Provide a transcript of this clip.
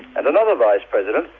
and another vice president,